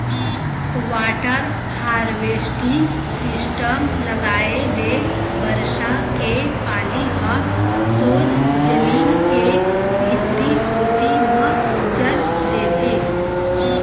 water harvesting system लगाए ले बरसा के पानी ह सोझ जमीन के भीतरी कोती म चल देथे